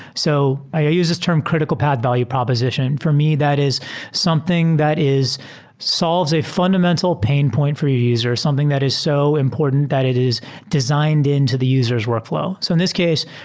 so i ah use this term critical path value proposition. for me, that is something that is solves a fundamental pain point for a user, something that is so important that it is designed into the user's workflow. so in this case,